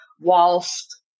whilst